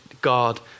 God